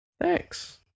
Thanks